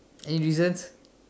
any reasons